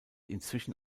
inzwischen